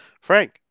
Frank